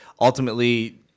ultimately